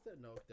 No